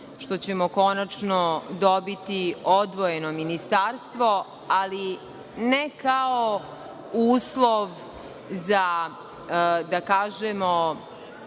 što ćemo konačno dobiti odvojeno ministarstvo, ali ne kao uslov za